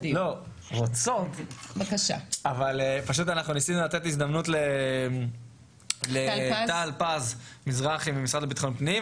אבל פשוט ניסינו לתת הזדמנות לטל פז מזרחי מהמשרד לביטחון פנים,